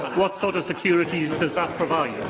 what sort of security does that provide